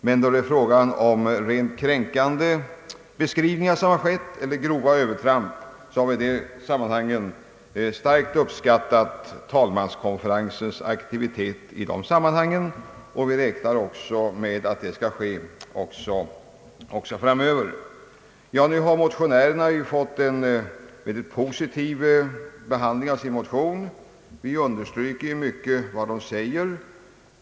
Då det varit fråga om rent kränkande beskrivningar eller då det skett grova övertramp, har vi starkt uppskattat talmanskonferensens aktivitet i dessa sammanhang, och vi räknar med att talmanskonferensen även = framöver skall utöva en sådan aktivitet. Motionärerna har fått en mycket positiv behandling av sin motion. Vi understryker vad de säger.